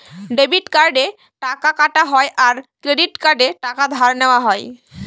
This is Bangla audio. ডেবিট কার্ডে টাকা কাটা হয় আর ক্রেডিট কার্ডে টাকা ধার নেওয়া হয়